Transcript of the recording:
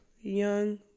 young